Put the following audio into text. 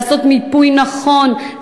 לעשות מיפוי נכון,